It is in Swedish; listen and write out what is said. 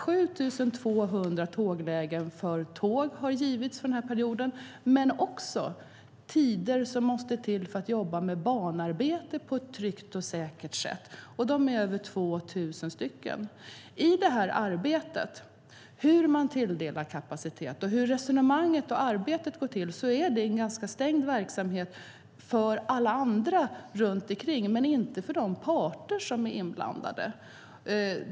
7 200 tåglägen har getts för denna period. Men det måste också till tider för att banarbete ska kunna ske på ett tryggt och säkert sätt. Det är över 2 000 sådana tider. När det gäller arbetet med att tilldela kapacitet och hur resonemanget förs är det en ganska stängd verksamhet för alla runt omkring men inte för de parter som är inblandade.